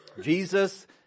Jesus